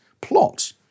plot